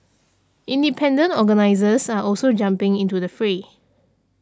independent organisers are also jumping into the fray